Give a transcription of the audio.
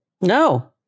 No